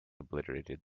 obliterated